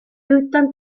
utan